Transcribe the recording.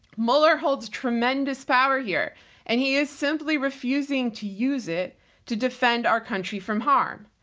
mueller holds tremendous power here and he is simply refusing to use it to defend our country from harm.